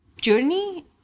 journey